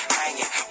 hanging